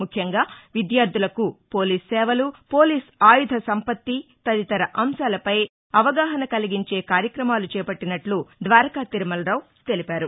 ముఖ్యంగా విద్యార్దులకు పోలీస్ సేవలు పోలీస్ ఆయుధ సంపత్తి తదితర అంశాలపై అవగాహన కలిగించే కార్యక్రమాలు చేపట్టినట్లు ద్వారకా తిరుమలరావు తెలిపారు